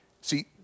See